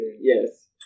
Yes